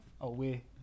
away